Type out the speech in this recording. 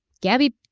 Gabby